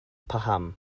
paham